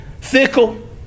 fickle